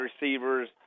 receivers